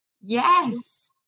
Yes